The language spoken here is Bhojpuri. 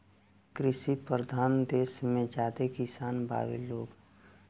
कृषि परधान देस मे ज्यादे किसान बावे लोग